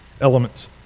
elements